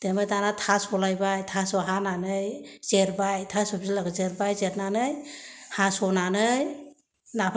ओमफ्राय दाना थास' लायबाय थास' हानानै जिरबाय थास' बिलायखौ जिरबाय हास'नानै